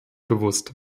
bewusst